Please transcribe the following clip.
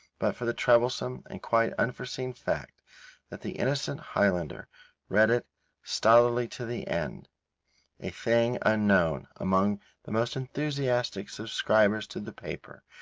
but for the troublesome and quite unforeseen fact that the innocent highlander read it stolidly to the end a thing unknown among the most enthusiastic subscribers to the paper,